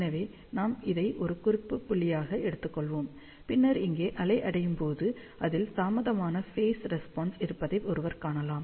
எனவே நாம் இதை ஒரு குறிப்பு புள்ளியாக எடுத்துக் கொள்வோம் பின்னர் இங்கே அலை அடையும் போது இதில் தாமதமான ஃபேஸ் ரெஸ்பான்ஸ் இருப்பதாக ஒருவர் காணலாம்